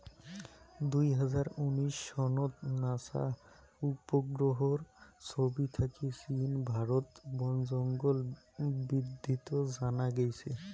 দুই হাজার উনিশ সনত নাসা উপগ্রহর ছবি থাকি চীন, ভারত বনজঙ্গল বিদ্ধিত জানা গেইছে